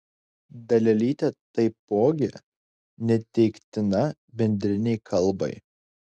dalelytė taipogi neteiktina bendrinei kalbai